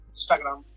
Instagram